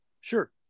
sure